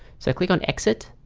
so click on exit